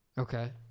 Okay